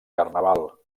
carnaval